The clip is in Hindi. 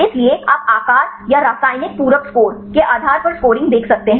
इसलिए आप आकार या रासायनिक पूरक स्कोर के आधार पर स्कोरिंग देख सकते हैं